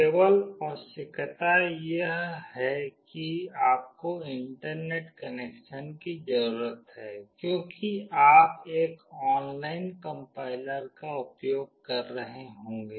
केवल आवश्यकता यह है कि आपको इंटरनेट कनेक्शन की जरुरत है क्योंकि आप एक ऑनलाइन कम्पाइलर का उपयोग कर रहे होंगे